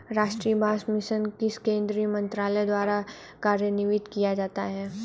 राष्ट्रीय बांस मिशन किस केंद्रीय मंत्रालय द्वारा कार्यान्वित किया जाता है?